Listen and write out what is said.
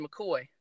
McCoy